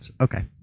Okay